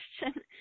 question